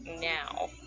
now